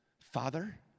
father